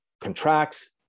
contracts